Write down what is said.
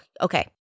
okay